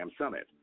Summit